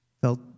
felt